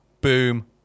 boom